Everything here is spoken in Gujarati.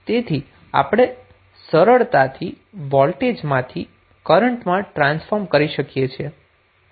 તેથી આપણે સરળતાથી વોલ્ટેજમાંથી કરન્ટમાં ટ્રાન્સફોર્મ કરી શકીએ છીએ